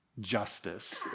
justice